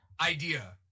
idea